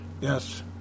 yes